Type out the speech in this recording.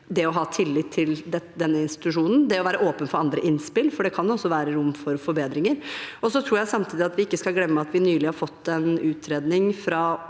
det å ha tillit til institusjonen, og for å være åpen for andre innspill, for det kan også være rom for forbedringer. Jeg tror samtidig at vi ikke skal glemme at vi nylig har fått en utredning om